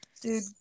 Dude